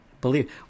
Believe